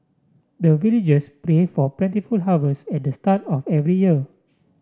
the villagers pray for plentiful harvest at the start of every year